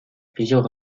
plusieurs